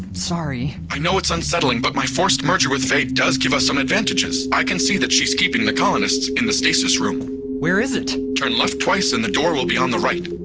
sorry i know it's unsettling, but my forced merger with faye does give us some advantages. i can see that she's keeping the colonists in the stasis room where is it? turn left twice and the door will be on the right